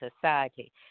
society